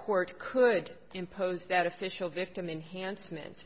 court could impose that official victim enhancement